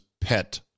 pet